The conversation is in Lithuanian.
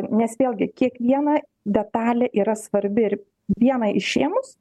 nes vėlgi kiekviena detalė yra svarbi ir vieną išėmus